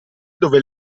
dove